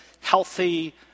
healthy